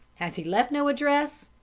has he left no address?